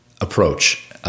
approach